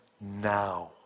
now